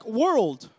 world